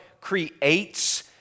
creates